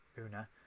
Una